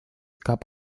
gab